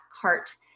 cart